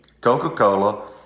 Coca-Cola